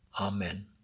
Amen